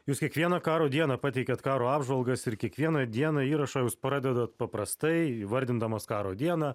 jūs kiekvieną karo dieną pateikiat karo apžvalgas ir kiekvieną dieną įrašą jūs pradedat paprastai įvardindamas karo dieną